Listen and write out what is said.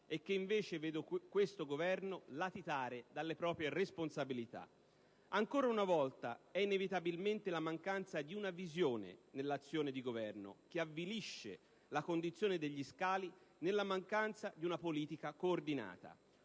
e che invece vede questo Governo latitare dalle proprie responsabilità. Ancora una volta è inevitabilmente la mancanza di una visione nell'azione di Governo che avvilisce la condizione degli scali nella mancanza di una politica coordinata.